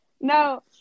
No